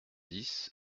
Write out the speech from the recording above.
dix